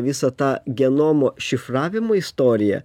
visą tą genomo šifravimo istoriją